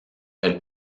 elle